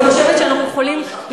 אני חושבת שאנחנו יכולים ללמוד,